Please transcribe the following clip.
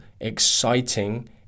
exciting